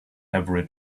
every